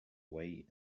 way